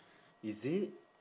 is it